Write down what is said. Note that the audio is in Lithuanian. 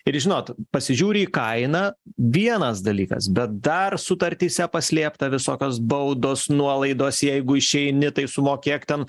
ir žinot pasižiūri į kainą vienas dalykas bet dar sutartyse paslėpta visokios baudos nuolaidos jeigu išeini tai sumokėk ten